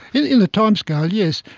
in in the timescale, yes.